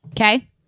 Okay